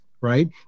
right